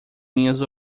minhas